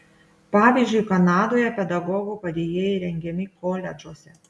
pavyzdžiui kanadoje pedagogo padėjėjai rengiami koledžuose